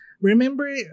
Remember